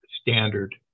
standard